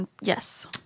Yes